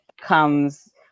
comes